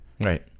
right